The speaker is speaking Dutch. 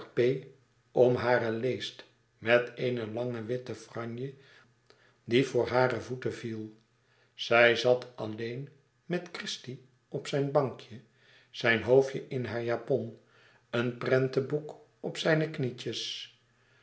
om haren leest met eene lange witte franje die voor hare voeten viel zij zat alleen met christie op zijn bankje zijn hoofdje in haar japon een prentenboek op zijne knietjes